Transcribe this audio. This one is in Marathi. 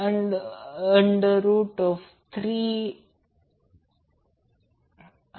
येथे Vp max √ 2 Vp peak value लिहिले आहे